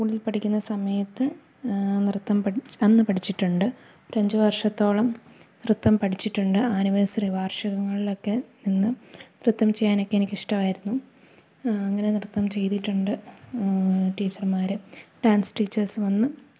സ്കൂളിൽ പഠിക്കുന്ന സമയത്ത് നൃത്തം അന്നു പഠിച്ചിട്ടുണ്ട് ഒരു അഞ്ചു വർഷത്തോളം നൃത്തം പഠിച്ചിട്ടുണ്ട് ആനിവേഴ്സറി വാർഷികങ്ങളിലൊക്കെ നിന്ന് നൃത്തം ചെയ്യാനൊക്കെ എനിക്കിഷ്ടമായിരുന്നു അങ്ങനെ നൃത്തം ചെയ്തിട്ടുണ്ട് ടീച്ചർമാര് ഡാൻസ് ടീച്ചേഴ്സ് വന്ന്